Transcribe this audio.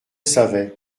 savait